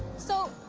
so,